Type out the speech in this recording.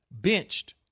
benched